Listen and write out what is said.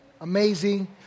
amazing